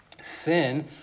Sin